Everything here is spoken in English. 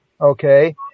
okay